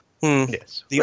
Yes